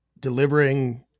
delivering